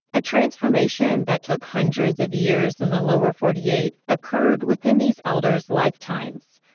a transformation that took hundreds of years in the lower forty eight occurred within these elders lifetimes.